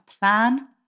plan